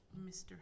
Mr